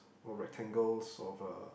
or rectangles of a